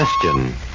Question